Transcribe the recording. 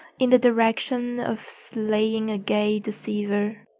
in the direction of slaying a gay deceiver,